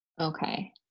Okay